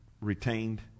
retained